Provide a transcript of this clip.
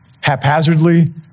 haphazardly